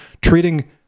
Treating